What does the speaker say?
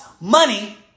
money